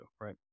right